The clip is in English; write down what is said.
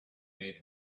made